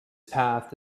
path